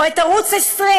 או את ערוץ 20,